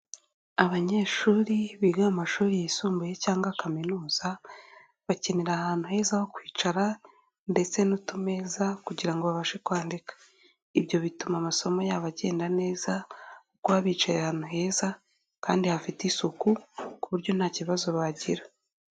Abanyeshuri biga mu mashuri yisumbuye cyangwa kaminuza, bakenera ahantu heza ho kwicara ndetse n'utumeza kugira ngo babashe kwandika, ibyo bituma amasomo yabo agenda neza kuko baba bicaye ahantu heza kandi hafite isuku ku buryo nta kibazo bagira.